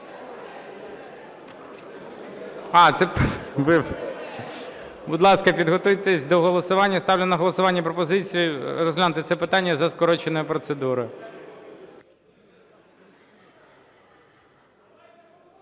Ні. Будь ласка, підготуйтесь до голосування. Ставлю на голосування пропозицію розглянути це питання за скороченою процедурою.